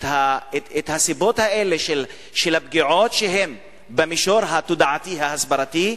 את הסיבות האלה של הפגיעות שהן במישור התודעתי ההסברתי,